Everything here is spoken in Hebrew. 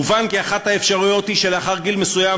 מובן כי אחת האפשרויות היא שלאחר גיל מסוים,